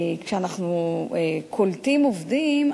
כשאנחנו קולטים עובדים,